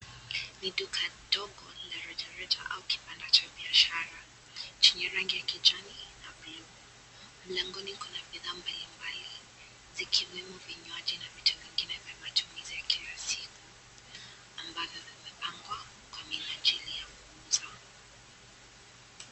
Ni duka ndogo la rejareja au kibanda cha biashara chenye rangi ya kijani na buluu ,mlangoni kuna bidhaa mbalimbali vikiwmo vinywaji na vitu vingine vya matumizi ya kila siku amabvyo vimepangwa kawa minajili ya kuuzwa .